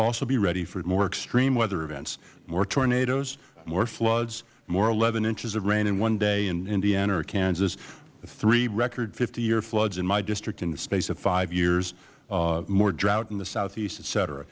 also ready for more extreme weather events more tornadoes more floods more eleven inches of rain one day in indiana or kansas three record fifty year floods in my district in the space of five years more drought in the southeast et cetera